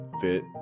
fit